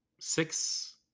six